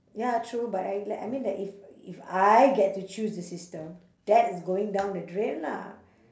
ya true but I like I mean like if if I get to choose the system that is going down the drain lah